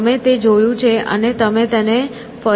તમે તે જોયું છે અને તમે તેને ફરીથી જોઈ શકો છો